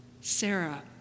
Sarah